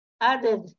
added